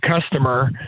customer